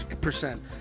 percent